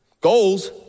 goals